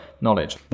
knowledge